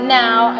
now